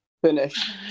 finish